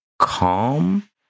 calm